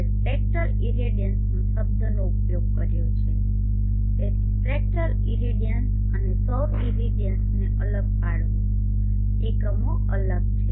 આપણે spectral irradiance શબ્દનો ઉપયોગ કર્યો છે તેથી સ્પેક્ટ્રલ ઇરેડિયન્સ અને સૌર ઇરેડિયન્સને અલગ પાડવું એકમો અલગ છે